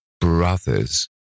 brothers